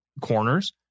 corners